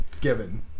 given